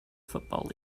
football